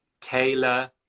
Taylor